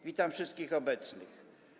Witam wszystkich obecnych.